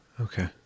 Okay